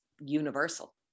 universal